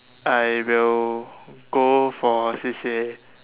I will go for C_C_A